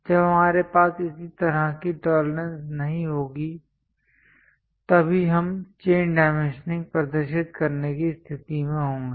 जब हमारे पास इस तरह की टोलरेंस नहीं होगी तभी हम चेन डाइमेंशनिंग प्रदर्शित करने की स्थिति में होंगे